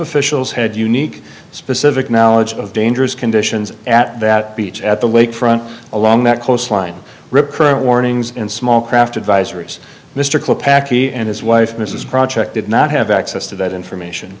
officials had unique specific knowledge of dangerous conditions at that beach at the lakefront along that coastline rip current warnings in small craft advisories mr clip paki and his wife mrs project did not have access to that information